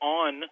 on